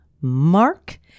Mark